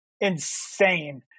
insane